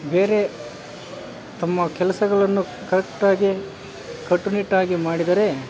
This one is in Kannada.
ಬೇರೆ ತಮ್ಮ ಕೆಲಸಗಳನ್ನು ಕರೆಕ್ಟಾಗಿ ಕಟ್ಟುನಿಟ್ಟಾಗಿ ಮಾಡಿದರೆ